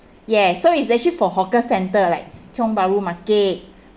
yeah so it's actually for hawker centre like tiong bahru market